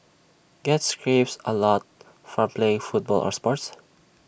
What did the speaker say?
get scrapes A lot from playing football or sports